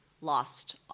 lost